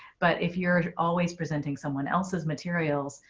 but if you're always presenting someone else's materials,